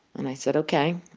and i said ok.